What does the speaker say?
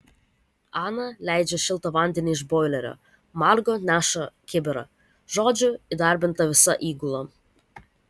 ana leidžia šiltą vandenį iš boilerio margo neša kibirą žodžiu įdarbinta visa įgula